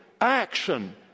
action